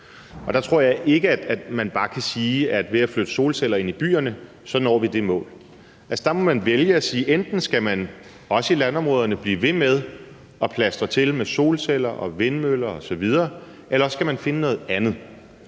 Der tror jeg ikke, man bare kan sige, at vi ved at flytte solcelleanlæg ind i byerne når det mål. Der må man vælge og sige, at enten skal man i landområderne blive ved med at plastre til med solcelleanlæg, vindmøller osv., eller også skal man finde noget andet.